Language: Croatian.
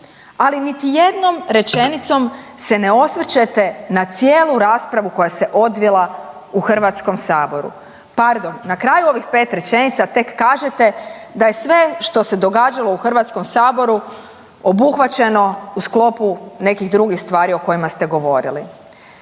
ali niti jednom rečenicom se ne osvrćete na cijelu raspravu koja se odvila u Hrvatskom saboru. Pardon, na kraju ovih 5 rečenica, tek kažete da je sve što se događalo u Hrvatskom saboru, obuhvaćeno u sklopu nekih drugih stvari o kojima se govorili.